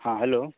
हाँ हैलो